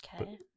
Okay